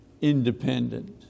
independent